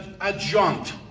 adjunct